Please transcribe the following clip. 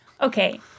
Okay